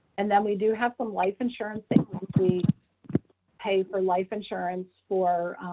and then we do have some life insurance that we pay for life insurance for